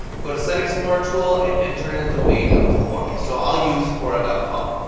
go to site explorer tool and enter in a domain of a forum. so i'll use quora ah com.